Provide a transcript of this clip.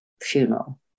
funeral